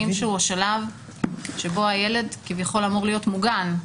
שוב השלב שבו הילד כביכול אמור להיות מוגן,